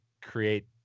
create